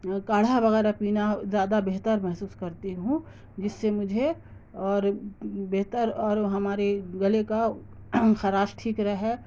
کاڑھا وغیرہ پینا زیادہ بہتر محسوس کرتی ہوں جس سے مجھے اور بہتر اور ہمارے گلے کا خراش ٹھیک رہے